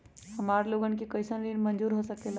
हमार लोगन के कइसन ऋण मंजूर हो सकेला?